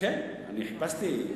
כן, אני חיפשתי.